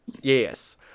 Yes